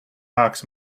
hawks